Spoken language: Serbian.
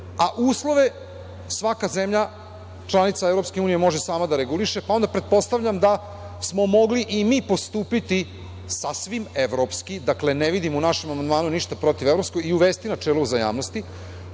a uslove svaka zemlja članica EU može sama da reguliše, pa onda pretpostavljam da smo mogli i mi postupiti sasvim evropski, dakle ne vidim u našem amandmanu ništa protiv evropsko, i uvesti načelo uzajamnosti,